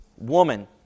woman